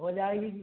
ہو جائے گی جی